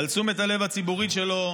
על תשומת הלב הציבורית שלו,